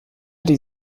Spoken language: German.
die